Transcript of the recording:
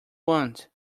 want